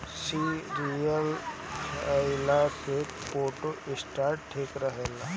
cereals खइला से cholesterol ठीक रहेला